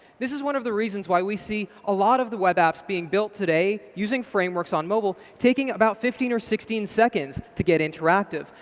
this is one of the reasons why we see a lot of the web apps being built today using frameworks on mobile taking about fifteen or sixteen seconds to get interactive,